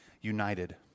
united